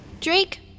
Drake